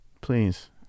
please